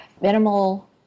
minimal